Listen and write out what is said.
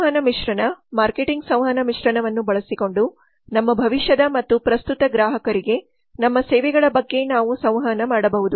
ಸಂವಹನ ಮಿಶ್ರಣ ಮಾರ್ಕೆಟಿಂಗ್ಸಂವಹನ ಮಿಶ್ರಣವನ್ನು ಬಳಸಿಕೊಂಡು ನಮ್ಮ ಭವಿಷ್ಯದ ಮತ್ತು ಪ್ರಸ್ತುತ ಗ್ರಾಹಕರಿಗೆ ನಮ್ಮ ಸೇವೆಗಳ ಬಗ್ಗೆ ನಾವು ಸಂವಹನ ಮಾಡಬಹುದು